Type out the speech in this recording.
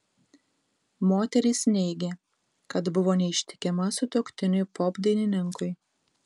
moteris neigė kad buvo neištikima sutuoktiniui popdainininkui